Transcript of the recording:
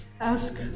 ask